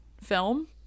film